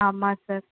ஆமாம் சார்